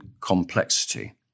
complexity